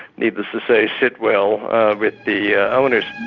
needless to say, sit well with the ah owners.